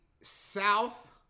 South